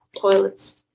toilets